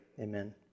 Amen